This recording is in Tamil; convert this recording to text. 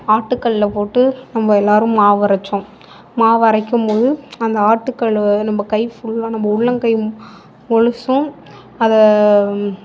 ஆட்டு கல்லில் போட்டு நம்ம எல்லோரும் மாவு அரைச்சோம் மாவு அரைக்கும் போது அந்த ஆட்டு கல் நம்ம கை ஃபுல்லாக நம்ம உள்ளங்கை முழுதும் அதை